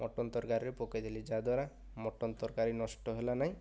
mutton ତରକାରୀରେ ପକେଇ ଦେଲି ଯାହାଦ୍ୱାରା ମଟନ ତରକାରୀ ନଷ୍ଟ ହେଲା ନାହିଁ